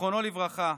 זיכרונו לברכה,